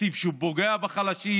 תקציב שפוגע בחלשים,